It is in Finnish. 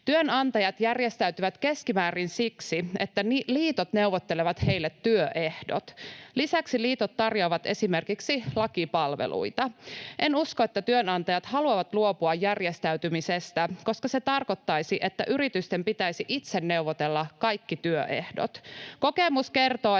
Työnantajat järjestäytyvät keskimäärin siksi, että liitot neuvottelevat heille työehdot. Lisäksi liitot tarjoavat esimerkiksi lakipalveluita. En usko, että työnantajat haluavat luopua järjestäytymisestä, koska se tarkoittaisi, että yritysten pitäisi itse neuvotella kaikki työehdot. Kokemus kertoo,